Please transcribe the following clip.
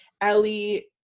Ellie